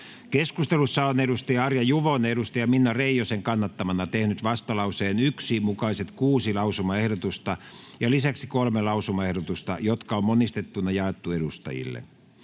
Keskustelussa on Arja Juvonen Minna Reijosen kannattamana tehnyt vastalauseen 1 mukaiset kuusi lausumaehdotusta ja lisäksi kolme lausumaehdotusta, jotka on monistettuna jaettu edustajille.